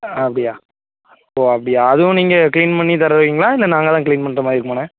அப்படியா ஓ அப்படியா அதுவும் நீங்கள் க்ளீன் பண்ணி தருவீங்களா இல்லை நாங்களே க்ளீன் பண்ற மாதிரி இருக்குமாண்ணா